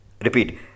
Repeat